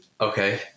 okay